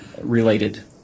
related